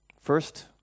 First